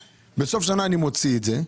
בסוף שנה אני מוציא את זה.